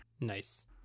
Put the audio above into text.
Nice